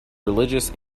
religious